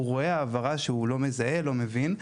הוא רואה העברה שהוא לא מזהה, והוא לא מבין.